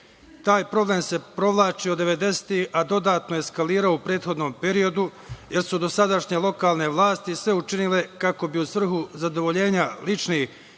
problem se provlači od devedesetih, a dodatno je eskalirao u prethodnom periodu jer su dosadašnje lokalne vlasti sve učinile kako bi u svrhu zadovoljenja ličnih